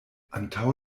antaŭ